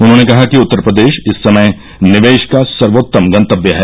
उन्हॉने कहा कि उत्तर प्रदेश इस समय निवेश का सर्वोत्तम गंतव्य है